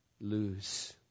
lose